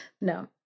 No